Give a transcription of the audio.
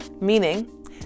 Meaning